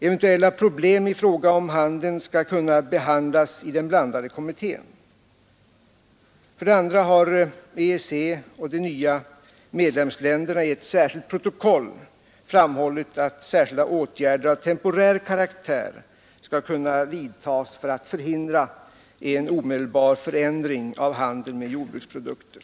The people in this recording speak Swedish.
Eventuella problem i fråga om handeln skall kunna behandlas i den blandade kommittén. För det andra har EEC och de nya medlemsländerna i ett särskilt protokoll framhållit att speciella åtgärder av temporär karaktär skall kunna vidtas för att förhindra en omedelbar förändring av handeln med jordbruksprodukter.